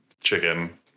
chicken